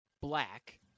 Black